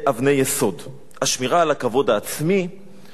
השמירה על הכבוד העצמי וההיאחזות באדמה,